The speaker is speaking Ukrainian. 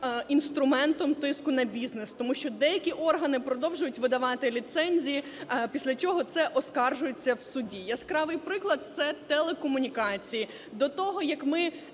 інструментом тиску на бізнес, тому що деякі органи продовжують видавати ліцензії, після чого це оскаржується в суді, яскравий приклад, це телекомунікації. До того, як ми